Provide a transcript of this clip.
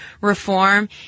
reform